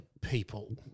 people